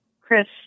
Chris